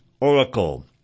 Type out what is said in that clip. Oracle